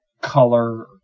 color